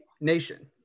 nation